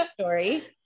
story